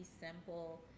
simple